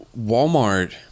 Walmart